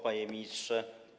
Panie Ministrze!